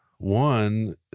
One